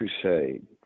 crusade